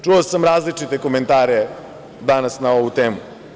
Čuo sam različite komentare danas na ovu temu.